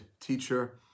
teacher